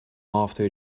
after